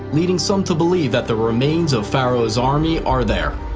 leading some to believe that the remains of pharaoh's army are there.